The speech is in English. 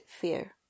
fear